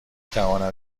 توانم